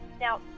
Now